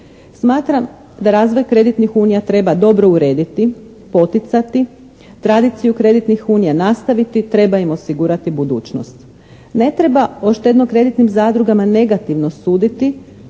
Smatram da razvoj kreditnih unija treba dobro urediti, poticati, tradiciju kreditnih unija nastaviti, treba im osigurati budućnost. Ne treba o štedno-kreditnim zadrugama negativno suditi